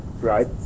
right